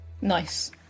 nice